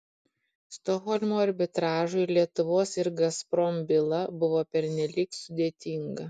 stokholmo arbitražui lietuvos ir gazprom byla buvo pernelyg sudėtinga